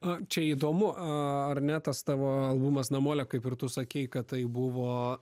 a čia įdomu aaa ar ne tas tavo albumas namolio kaip ir tu sakei kad tai buvo